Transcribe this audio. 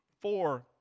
four